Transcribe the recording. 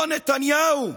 אותו נתניהו,